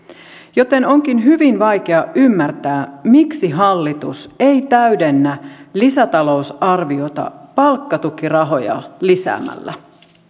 joten onkin hyvin vaikea ymmärtää miksi hallitus ei täydennä lisätalousarviota palkkatukirahoja lisäämällä